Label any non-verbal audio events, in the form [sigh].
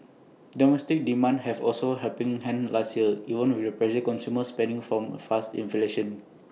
[noise] domestic demand have also helping hand last year even with the pressure consumer spending from faster inflation